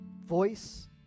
voice